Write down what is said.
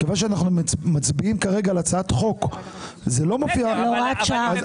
מכיוון שאנחנו מצביעים כרגע על הצעת חוק --- על הוראת שעה.